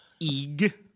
Ig